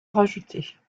rajoutées